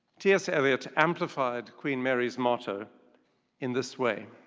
t s. eliot amplified queen mary's motto in this way.